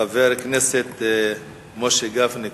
חבר הכנסת משה גפני,